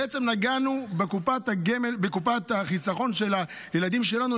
בעצם נגענו בקופת החיסכון של הילדים שלנו,